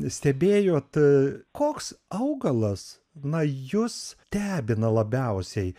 stebėjot koks augalas na jus stebina labiausiai